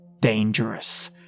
dangerous